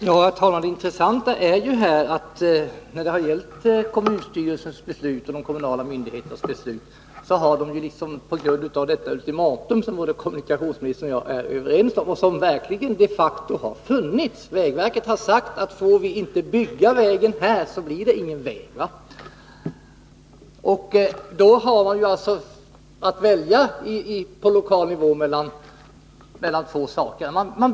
Herr talman! Det intressanta är ju att kommunstyrelsens beslut och andra lokala myndigheters beslut på grund av det ultimatum som de facto har funnits — vägverket har sagt att om man inte får bygga vägen efter den planerade sträckningen, så blir det ingen väg — har tillkommit sedan man på lokal nivå haft att välja mellan två alternativ.